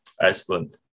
Excellent